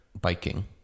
biking